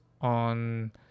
on